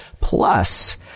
plus